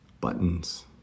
buttons